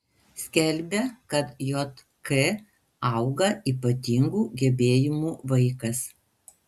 skelbia kad jk auga ypatingų gebėjimų vaikas